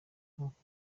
nk’uko